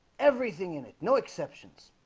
everything in it no exceptions